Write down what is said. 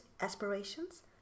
aspirations